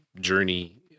journey